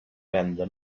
venda